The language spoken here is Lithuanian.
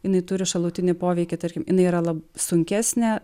jinai turi šalutinį poveikį tarkim yra sunkesnė